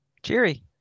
Cheery